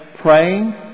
praying